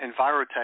Envirotech